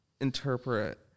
interpret